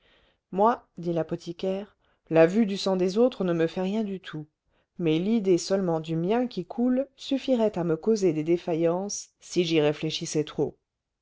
moi dit l'apothicaire la vue du sang des autres ne me fait rien du tout mais l'idée seulement du mien qui coule suffirait à me causer des défaillances si j'y réfléchissais trop